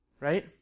right